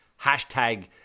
Hashtag